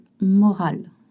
moral